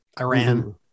Iran